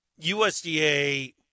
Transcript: USDA